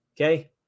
Okay